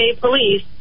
police